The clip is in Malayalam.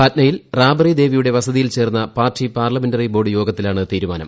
പൊട്നയിൽ റാബറി ദേവിയുടെ വസതിയിൽ ചേർന്ന പ്യാർട്ടി പാർലമെന്ററി ബോർഡ് യോഗത്തിലാണ് തീരുമാനം